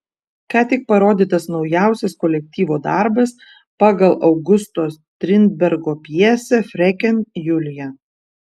ką tik parodytas naujausias kolektyvo darbas pagal augusto strindbergo pjesę freken julija